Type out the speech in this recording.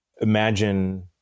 imagine